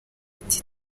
ati